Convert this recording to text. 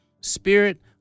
spirit